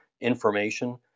Information